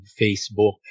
Facebook